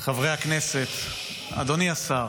חברי הכנסת, אדוני השר,